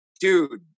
dude